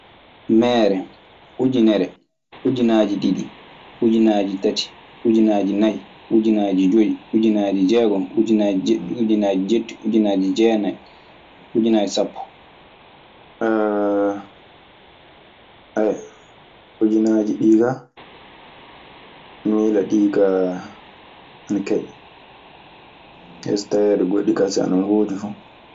Meere, ujumere, ujunaji diɗɗi, ujunaji tati ,ujunaji nayi, ujunaji joyi, ujunaji diegon, ujunaji dieɗɗi, ujunaji dietti, ujunaji denaye, ujunaji sapo. ayiwa ujunnaaji ɗi, mi miila ɗi ka ana keƴa, hay sinno tawe goɗɗi kasi ana ngoodi fuu.